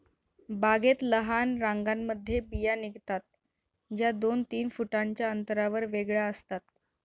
बागेत लहान रांगांमध्ये बिया निघतात, ज्या दोन तीन फुटांच्या अंतरावर वेगळ्या असतात